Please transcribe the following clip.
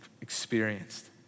experienced